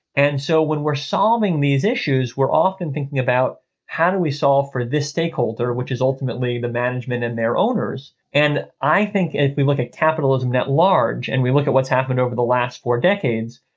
and so when we're solving these issues, we're often thinking about how do we solve for this stakeholder, which is ultimately the management and their owners. and i think if we look at capitalism at large and we look at what's happened over the last four decades,